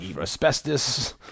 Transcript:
asbestos